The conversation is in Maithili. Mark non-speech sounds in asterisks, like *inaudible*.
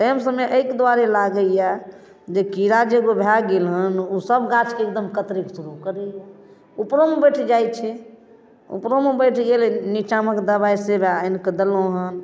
टाइम समय एहिके दुआरे लागैया जे कीड़ा जे भए गेल हन ओ सब गाछके एकदम *unintelligible* शुरू कऽ दैया उपरोमे बैठ जाइ छै उपरोमे बैठ गेल निचाँमे कऽ दवाइ से आनि कऽ देलहुॅं हन